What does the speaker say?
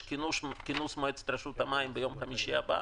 יש כינוס של מועצת רשות המים ביום חמישי הבא,